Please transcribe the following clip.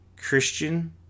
Christian